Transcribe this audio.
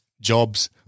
jobs